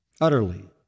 utterly